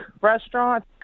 restaurant